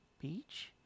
Beach